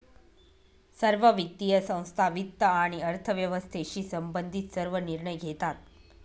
सर्व वित्तीय संस्था वित्त आणि अर्थव्यवस्थेशी संबंधित सर्व निर्णय घेतात